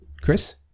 Chris